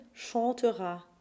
chantera